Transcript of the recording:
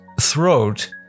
throat